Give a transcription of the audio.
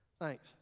Thanks